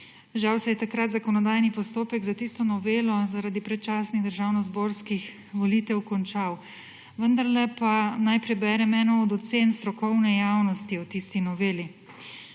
Žal se je takrat zakonodajni postopek za tisto novelo zaradi predčasnih državnozborskih volitev končal. Vendarle pa naj preberem eno od ocen strokovne javnosti o tisti noveli.